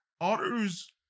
others